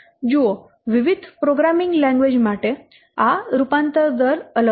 જુઓ વિવિધ programming language માટે આ રૂપાંતર દર અલગ છે